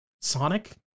Sonic